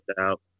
out